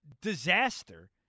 disaster